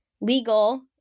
legal